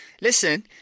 listen